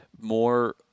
more